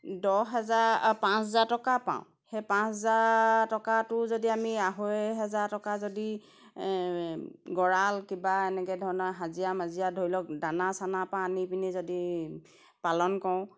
দহ হেজাৰ পাঁচ হাজাৰ টকা পাওঁ সেই পাঁচ হাজাৰ টকাটো যদি আমি আঢ়ৈ হেজাৰ টকা যদি গঁৰাল কিবা এনেকৈ ধৰণৰ হাজিৰা মাজিৰা ধৰি লওক দানা চানা পা আনি পিনি যদি পালন কৰোঁ